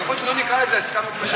יכול להיות שלא נקרא לזה "עסקה מתמשכת".